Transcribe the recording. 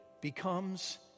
becomes